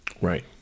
Right